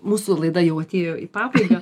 mūsų laida jau atėjo į pabaigą